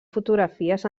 fotografies